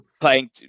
playing